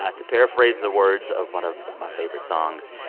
ah to paraphrase the words of one of my favorite songs,